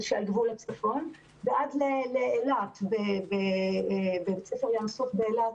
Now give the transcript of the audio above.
שעל גבול הצפון ועד בית ספר ים סוף באילת,